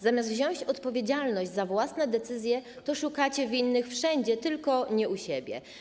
Zamiast wziąć odpowiedzialność za własne decyzje, szukacie winnych wszędzie, tylko nie u siebie.